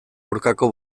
aurkako